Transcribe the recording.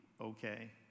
okay